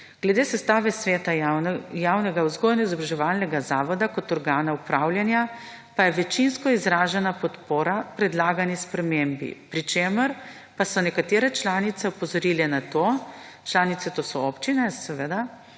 Glede sestave sveta javno vzgojno-izobraževalnega zavoda kot organa upravljanja pa je večinsko izražena podpora predlagani spremembi, pri čemer pa so nekatere članice opozorile na to, članice to so občine seveda,